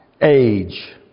age